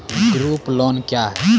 Group loan क्या है?